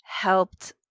helped